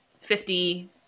Fifty